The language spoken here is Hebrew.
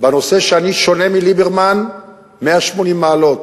ובנושא הזה אני שונה מליברמן 180 מעלות.